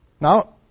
Now